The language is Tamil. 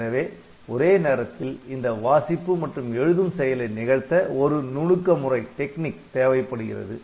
எனவே ஒரே நேரத்தில் இந்த வாசிப்பு மற்றும் எழுதும் செயலை நிகழ்த்த ஒரு நுணுக்க முறை தேவைப்படுகிறது